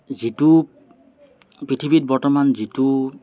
যিটো পৃথিৱীত বৰ্তমান যিটো